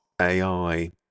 AI